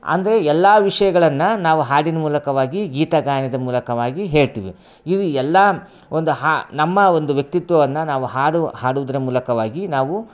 ಅಂದರೆ ಎಲ್ಲ ವಿಷಯಗಳನ್ನು ನಾವು ಹಾಡಿನ ಮೂಲಕವಾಗಿ ಗೀತಗಾಯನದ ಮೂಲಕವಾಗಿ ಹೇಳ್ತೀವಿ ಇವು ಎಲ್ಲ ಒಂದು ಹಾ ನಮ್ಮ ಒಂದು ವ್ಯಕ್ತಿತ್ವವನ್ನು ನಾವು ಹಾಡು ಹಾಡೋದ್ರ ಮೂಲಕವಾಗಿ ನಾವು